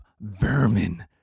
vermin